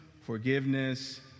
forgiveness